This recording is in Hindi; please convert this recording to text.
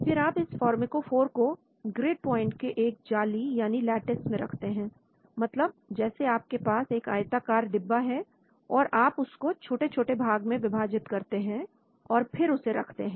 फिर आप इस फार्माकोफॉर को ग्रिड पॉइंट के एक जाली यानी latice में रखते हैं मतलब जैसे आपके पास एक आयताकार डिब्बा है और आप उसको छोटे छोटे भाग में विभाजित करते हैं और फिर उसे रखते हैं